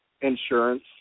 insurance